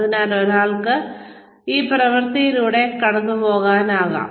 അതിനാൽ ഒരാൾക്ക് ഈ പ്രവൃത്തിയിലൂടെ കടന്നുപോകാം